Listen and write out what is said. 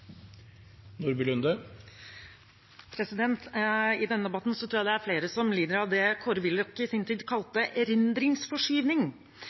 i innstillinga. I denne debatten tror jeg det er flere som lider av det Kåre Willoch i sin tid